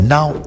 Now